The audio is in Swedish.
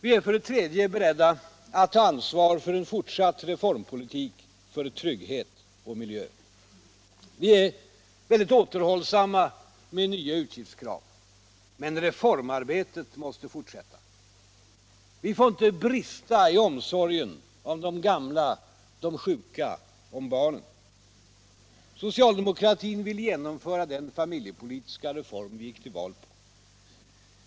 Vi är — för det tredje — beredda att ta ansvar för en fortsatt reformpolitik för trygghet och miljö. Vi är mycket återhållsamma med nya utgiftskrav. Men reformarbetet måste fortsätta. Vi får inte brista i omsorgen om de gamla, om de sjuka, om barnen. Socialdemokratin vill genomföra den familjepolitiska reform vi gick till val på.